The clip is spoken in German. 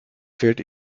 fehlt